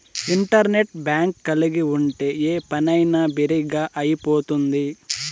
internet bank కలిగి ఉంటే ఏ పనైనా బిరిగ్గా అయిపోతుంది